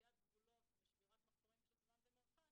חציית גבולות ושבירת מחסומים של זמן ומרחק